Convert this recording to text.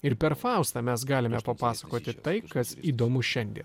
ir per faustą mes galime papasakoti tai kas įdomu šiandien